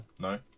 No